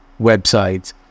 websites